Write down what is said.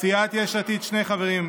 סיעת יש עתיד שני חברים,